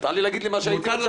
מותר לי להגיד מה הייתי מצפה?